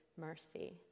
mercy